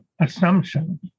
Assumption